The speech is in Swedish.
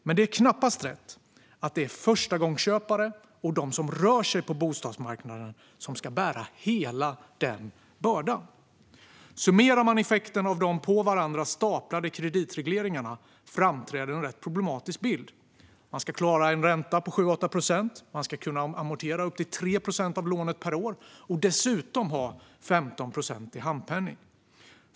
Men det är knappast rätt att det är förstagångsköpare och de som rör på sig på bostadsmarknaden som ska bära hela denna börda. Om vi summerar effekten av de på varandra staplade kreditregleringarna framträder en problematisk bild. Man ska klara en ränta på 7-8 procent, och man ska kunna amortera upp till 3 procent av lånet per år och dessutom ha 15 procent i handpenning.